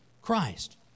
Christ